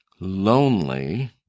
Lonely